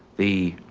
the